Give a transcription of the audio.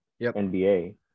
nba